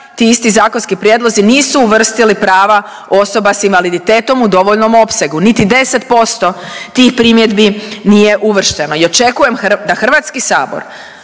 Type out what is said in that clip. ti isti zakonski prijedlozi nisu uvrstili prava osoba s invaliditetom u dovoljnom opsegu niti 10% tih primjedbi nije uvršteno. I očekujem da HS